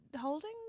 holding